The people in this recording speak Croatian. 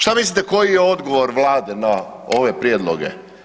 Što mislite koji je odgovor Vlade na ove prijedloge?